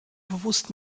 bewusst